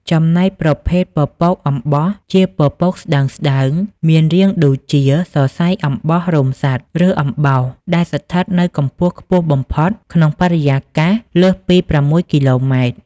ចំណែកប្រភេទពពកអំបោះជាពពកស្តើងៗ មានរាងដូចជាសរសៃអំបោះ រោមសត្វ ឬអំបោស ដែលស្ថិតនៅកម្ពស់ខ្ពស់បំផុតក្នុងបរិយាកាស លើសពី ៦ គីឡូម៉ែត្រ។